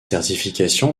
certification